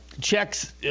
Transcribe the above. checks